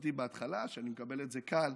חשבתי בהתחלה שאני מקבל את זה קל,